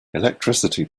electricity